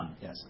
Yes